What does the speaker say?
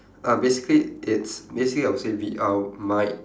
uh basically it's basically I would say V_R might